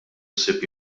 ħsieb